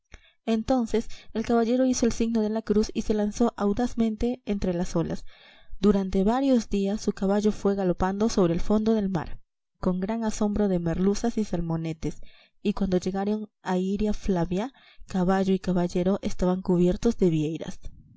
entonces el caballero hizo el signo de la cruz y se lanzó audazmente entre las olas durante varios días su caballo fue galopando sobre el fondo del mar con gran asombro de merluzas y salmonetes y cuando llegaron a iria flavia caballo y caballero estaban cubiertos de vieiras